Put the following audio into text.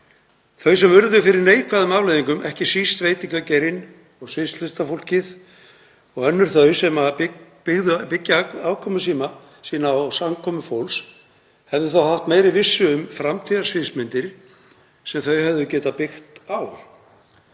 Þau sem urðu fyrir neikvæðum afleiðingum, ekki síst veitingageirinn og sviðslistafólkið og önnur þau sem byggja afkomu sína á samkomu fólks, hefðu þá haft meiri vissu um framtíðarsviðsmyndir sem þau hefðu getað byggt á.